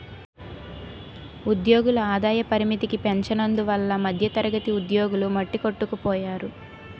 ఉద్యోగుల ఆదాయ పరిమితికి పెంచనందువల్ల మధ్యతరగతి ఉద్యోగులు మట్టికొట్టుకుపోయారు